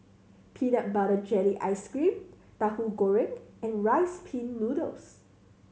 peanut butter jelly ice cream Tahu Goreng and Rice Pin Noodles